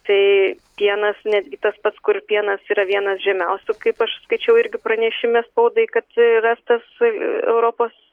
tai pienas netgi tas pats kur pienas yra vienas žemiausių kaip aš skaičiau irgi pranešime spaudai kad rastas europos